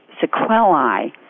sequelae